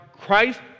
Christ